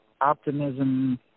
Optimism